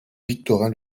victorin